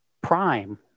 prime